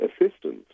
assistance